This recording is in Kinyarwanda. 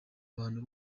abantu